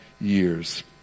years